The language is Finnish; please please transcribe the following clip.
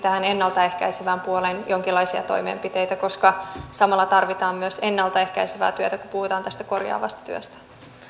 tähän ennalta ehkäisevään puoleen jonkinlaisia toimenpiteitä koska samalla tarvitaan myös ennalta ehkäisevää työtä kun puhutaan tästä korjaavasta työstä